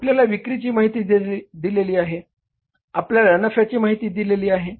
आपल्याला विक्रीची माहिती दिलेली आहे आपल्याला नफ्याची माहिती दिलेली आहे